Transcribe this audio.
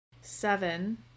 seven